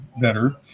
better